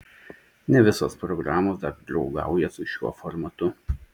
ne visos programos dar draugauja su šiuo formatu